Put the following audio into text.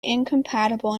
incompatible